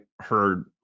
heard